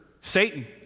Satan